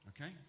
Okay